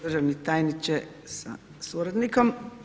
Državni tajniče sa suradnikom.